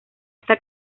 esta